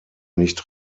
nicht